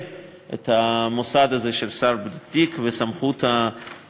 את המוסד הזה של שר בלי תיק ואת סמכות המינוי,